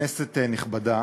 כנסת נכבדה,